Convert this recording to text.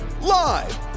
live